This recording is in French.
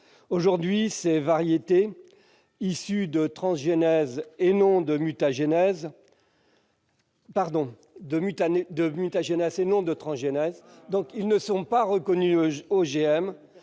Aujourd'hui, ces variétés, issues de mutagénèse, et non de transgénèse, ne sont pas reconnues comme